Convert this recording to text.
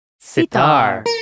Sitar